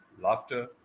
laughter